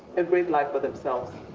a great life for themselves.